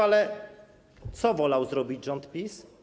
Ale co wolał zrobić rząd PiS?